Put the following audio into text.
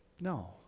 no